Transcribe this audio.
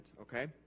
Okay